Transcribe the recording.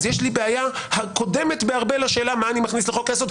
אז יש לי בעיה קודמת בהרבה לשאלה מה אני מכניס לחוק היסוד,